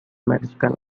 mexican